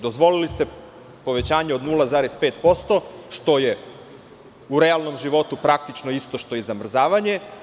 Dozvolili ste povećanje od 0,5%, što je u realnom životu praktično isto što i zamrzavanje.